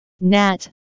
Nat